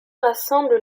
rassemble